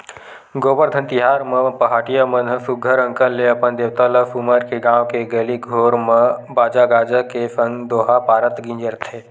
गोबरधन तिहार म पहाटिया मन ह सुग्घर अंकन ले अपन देवता ल सुमर के गाँव के गली घोर म बाजा गाजा के संग दोहा पारत गिंजरथे